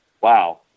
wow